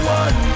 one